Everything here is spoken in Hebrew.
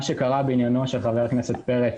מה שקרה בעניינו של חבר הכנסת פרץ